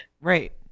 right